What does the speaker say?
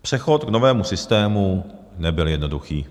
Přechod k novému systému nebyl jednoduchý.